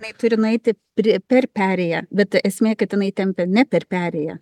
jinai turi nueiti pri per perėją bet esmė kad jinai tempia ne per perėją